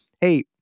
hey